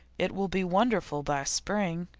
it will be wonderful by spring.